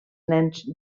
nens